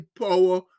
power